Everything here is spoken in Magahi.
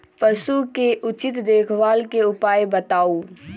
पशु के उचित देखभाल के उपाय बताऊ?